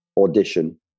audition